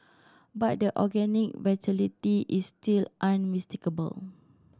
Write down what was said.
but the organic vitality is still unmistakable